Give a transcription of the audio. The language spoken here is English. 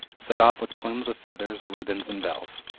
set off with plumes of feathers, ribbons and bells.